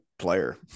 player